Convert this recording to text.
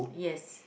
yes